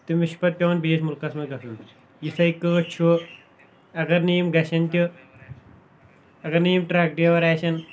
تٔمِس چھُ پَتہٕ پیوان بیٚیس مُلکس منٛز گژھُن یِتھٕے کٲٹھۍ چھُ اَگر نہٕ یِم گَژھن تہِ اَگر نہٕ یِم ٹریک ڈرایور آسن